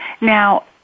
Now